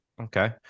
okay